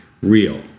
real